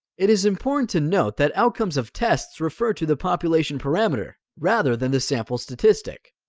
it is important to note that outcomes of tests refer to the population parameter rather than the sample statistic!